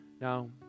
Now